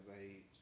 age